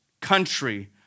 country